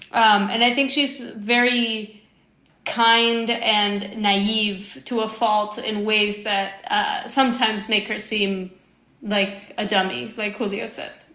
um and i think she's very kind and naive to a fault in ways that ah sometimes make her seem like a dummy they call the asset